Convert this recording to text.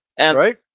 right